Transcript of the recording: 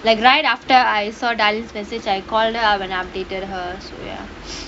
like right after I saw dali message I call her up and updated her so ya